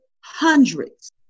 hundreds